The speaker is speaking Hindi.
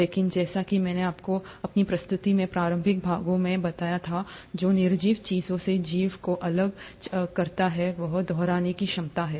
लेकिन जैसा कि मैंने आपको अपनी प्रस्तुति के प्रारंभिक भाग में बताया था जो निर्जीव चीजों से जीवन को अलग करता है वह दोहराने की क्षमता है